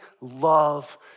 love